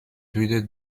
würde